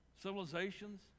Civilizations